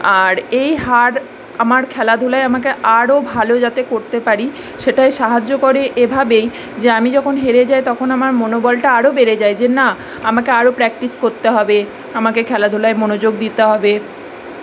আর এই হার আমার খেলাধুলায় আমাকে আরো ভালো যাতে করতে পারি সেটাই সাহায্য করে এভাবেই যে আমি যখন হেরে যাই তখন আমার মনোবলটা আরো বেড়ে যায় যে না আমাকে আরো প্র্যাকটিস করতে হবে আমাকে খেলাধুলায় মনোযোগ দিতে হবে